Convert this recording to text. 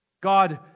God